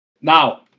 Now